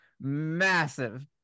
massive